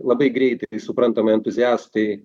labai greitai suprantame entuziastai